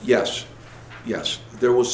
yes yes there was